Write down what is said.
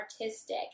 artistic